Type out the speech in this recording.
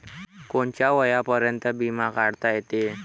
कोनच्या वयापर्यंत बिमा काढता येते?